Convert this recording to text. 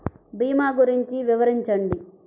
భీమా గురించి వివరించండి?